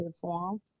form